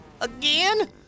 Again